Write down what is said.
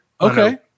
Okay